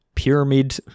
pyramid